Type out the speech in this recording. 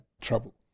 Trouble